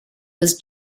was